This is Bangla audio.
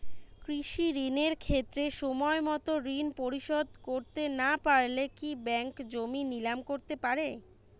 কৃষিঋণের ক্ষেত্রে সময়মত ঋণ পরিশোধ করতে না পারলে কি ব্যাঙ্ক জমি নিলাম করতে পারে?